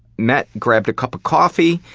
met, grabbed a cup of coffee.